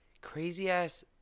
crazy-ass